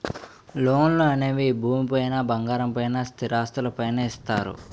లోన్లు అనేవి భూమి పైన బంగారం పైన స్థిరాస్తులు పైన ఇస్తారు